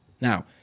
Now